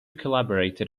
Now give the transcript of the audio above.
collaborated